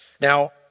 Now